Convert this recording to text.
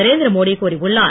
நரேந்திர மோடி கூறியுள்ளார்